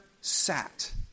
sat